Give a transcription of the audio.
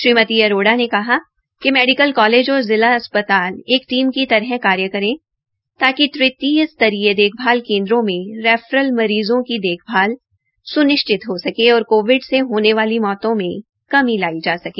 श्रीमती अरोड़ा ने कहा कि मेडिकल कालेज और जिला अस्प्ताल एक टीम की तरह कार्य करे ताकि तृतीय स्तरीय देखभाल केन्द्रों में रैफरल मरीज़ों को देखभाल स्निश्चित हो सके और कोविड से होने वाली मौतों में कमी लाई जा सके